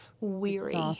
weary